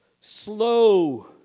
Slow